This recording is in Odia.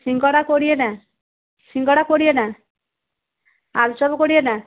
ସିଙ୍ଗଡ଼ା କୋଡ଼ିଏଟା ସିଙ୍ଗଡ଼ା କୋଡ଼ିଏଟା ଆଲୁଚପ କୋଡ଼ିଏଟା